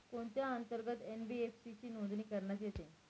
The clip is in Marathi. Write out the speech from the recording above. कोणत्या अंतर्गत एन.बी.एफ.सी ची नोंदणी करण्यात येते?